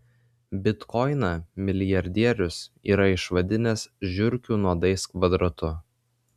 bitkoiną milijardierius yra išvadinęs žiurkių nuodais kvadratu